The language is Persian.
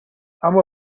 اما